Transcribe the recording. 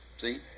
See